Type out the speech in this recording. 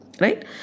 Right